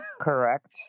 Correct